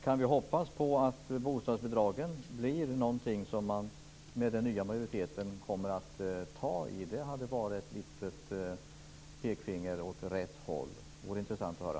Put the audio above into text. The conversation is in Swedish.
Kan vi hoppas att bostadsbidragen blir någonting som den nya majoriteten kommer att ta tag i? Det hade varit ett pekfinger åt rätt håll. Det vore intressant att höra.